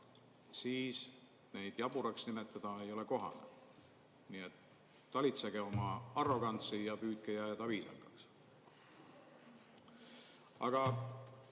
siis neid jaburaks nimetada ei ole kohane. Nii et talitsege oma arrogantsi ja püüdke jääda viisakaks. Aga